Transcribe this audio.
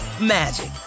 magic